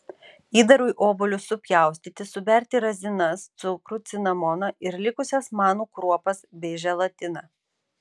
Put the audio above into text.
įdarui obuolius supjaustyti suberti razinas cukrų cinamoną ir likusias manų kruopas bei želatiną